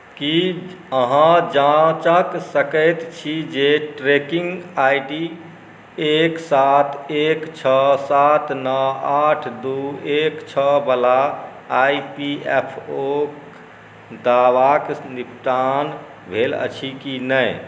की अहाँ जांचकऽ सकैत छी जे ट्रैकिंग आई डी एक सात एक छओ सात नओ आठ दू एक छओ बला आई पी एफ ओ के दावाक निपटान भेल अछि कि नहि